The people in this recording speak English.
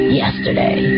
yesterday